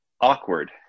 awkward